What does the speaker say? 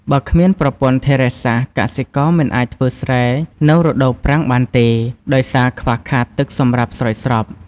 បើគ្មានប្រព័ន្ធធារាសាស្ត្រ កសិករមិនអាចធ្វើស្រែនៅរដូវប្រាំងបានទេ ដោយសារខ្វះខាតទឹកសម្រាប់ស្រោចស្រព។